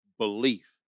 belief